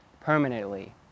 permanently